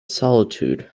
solitude